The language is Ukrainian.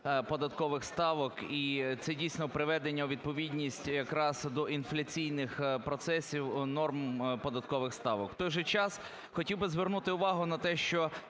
норм податкових ставок.